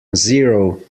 zero